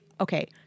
Okay